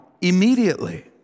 immediately